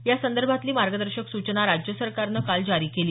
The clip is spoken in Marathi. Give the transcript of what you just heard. यासंदर्भातली मार्गदर्शक सूचना राज्य सरकारनं काल जारी केली